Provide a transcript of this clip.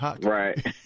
Right